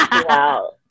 Wow